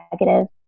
negative